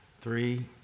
Three